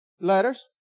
letters